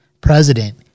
president